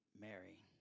Mary